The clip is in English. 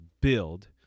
build